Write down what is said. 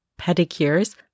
pedicures